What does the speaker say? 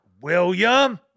William